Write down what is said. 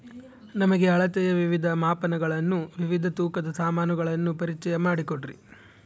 ನಮಗೆ ಅಳತೆಯ ವಿವಿಧ ಮಾಪನಗಳನ್ನು ವಿವಿಧ ತೂಕದ ಸಾಮಾನುಗಳನ್ನು ಪರಿಚಯ ಮಾಡಿಕೊಡ್ರಿ?